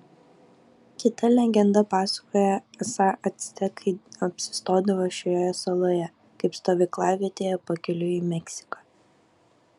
kita legenda pasakoja esą actekai apsistodavo šioje saloje kaip stovyklavietėje pakeliui į meksiką